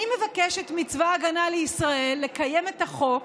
אני מבקשת מצבא ההגנה לישראל לקיים את החוק